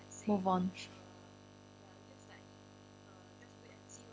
move on